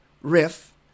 riff